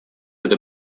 это